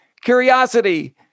Curiosity